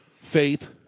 faith